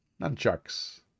nunchucks